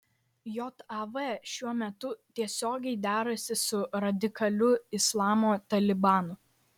jav šiuo metu tiesiogiai derasi su radikaliu islamo talibanu